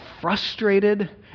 frustrated